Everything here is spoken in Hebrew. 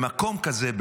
במקום כזה,